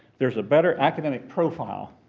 there's a better academic profile.